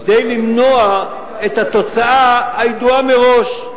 כדי למנוע את התוצאה הידועה מראש.